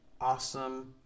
awesome